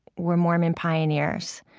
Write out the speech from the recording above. were mormon pioneers.